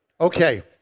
Okay